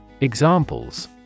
Examples